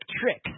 tricks